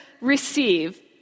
receive